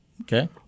Okay